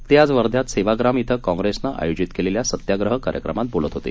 ते आज वर्ध्यात सेवाग्राम इथं काँग्रेसनं आयोजित केलेल्या सत्याग्रह कार्यक्रमात बोलत होते